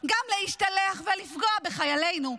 / גם להשתלח ולפגוע בחיילינו.